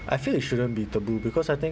I feel it shouldn't be taboo because I think